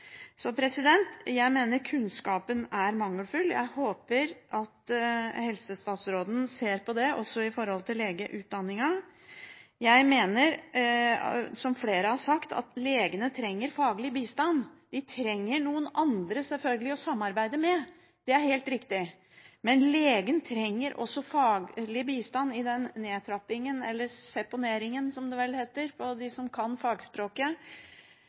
Jeg mener kunnskapen er mangelfull. Jeg håper at helsestatsråden ser på det, også i forhold til legeutdanningen. Jeg mener, som flere har sagt, at legene trenger faglig bistand. De trenger selvfølgelig noen andre å samarbeide med – det er helt riktig – men legene trenger også faglig bistand i nedtrappingen, eller seponeringen, som det vel heter blant dem som kan fagspråket.